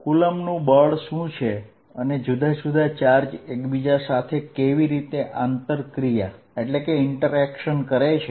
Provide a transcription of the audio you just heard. કુલંબનું બળ શું છે અને જુદા જુદા ચાર્જ એકબીજા સાથે કેવી રીતે આંતર ક્રિયા કરે છે